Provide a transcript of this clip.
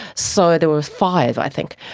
so there were five i think.